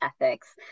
ethics